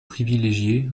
privilégié